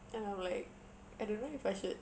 then I'm like I don't know if I should